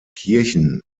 kirchen